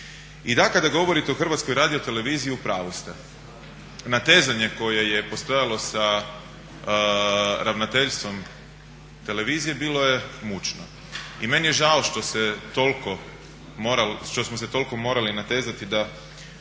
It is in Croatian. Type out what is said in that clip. I da kada govorite o Hrvatskoj radioteleviziji u pravu ste. Natezanje koje je postojalo sa ravnateljstvom televizije bilo je mučno. I meni je žao što smo se toliko morali natezati da